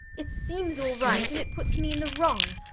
it seems all right and it puts me in the wrong.